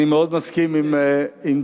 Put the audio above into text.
אני מאוד מסכים עם דבריו